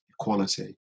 equality